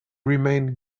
remained